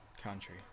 Country